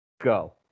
go